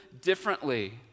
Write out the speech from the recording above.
differently